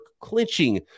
clinching